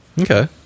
Okay